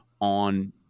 on